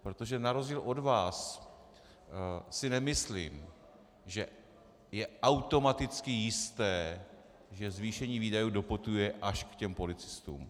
Protože na rozdíl od vás si nemyslím, že je automaticky jisté, že zvýšení výdajů doputuje až k těm policistům.